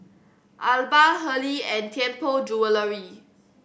Alba Hurley and Tianpo Jewellery